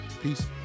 Peace